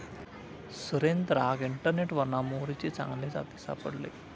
सुरेंद्राक इंटरनेटवरना मोहरीचे चांगले जाती सापडले